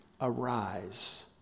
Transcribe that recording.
arise